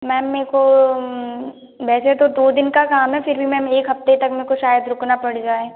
ma'am मे को वैसे तो दो दिन का काम है फिर भी मैम एक हफ़्ते तक मे को शायद रुकना पड़ जाए